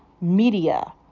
media